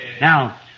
now